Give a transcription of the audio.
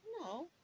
No